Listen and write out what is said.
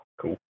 Cool